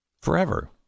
Forever